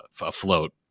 afloat